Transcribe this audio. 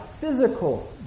physical